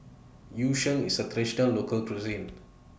Yu Sheng IS A Local Cuisine